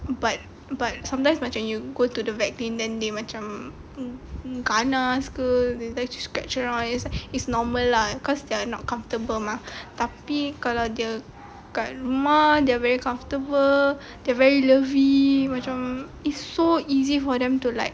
but but sometimes macam you go to the vet clinic then they macam ganas ke they like to scratch around is normal lah because they're not comfortable mah tapi kalau dia kat rumah they're very comfortable they're very loving macam is so easy for them to like